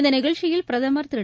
இந்த நிகழ்ச்சியில் பிரதமர் திரு